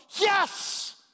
Yes